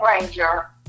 Ranger